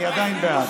אני עדיין בעד.